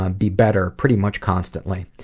um be better, pretty much constantly.